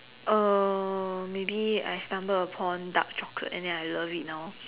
uh maybe I stumble upon dark chocolate and then I love it now